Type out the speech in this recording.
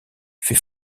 fut